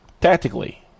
tactically